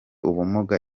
ubumuga